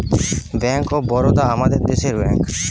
bank of Baroda আমাদের দেশের bank